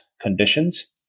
conditions